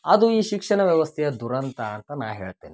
ಅದು ಈ ಶಿಕ್ಷಣ ವ್ಯವಸ್ಥೆಯ ದುರಂತ ಅಂತ ನಾ ಹೇಳ್ತೇನೆ